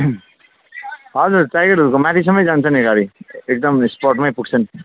हजुर टाइगर हिलको माथिसम्मै जान्छ नि गाडी एकदम स्पटमै पुग्छ नि